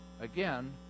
again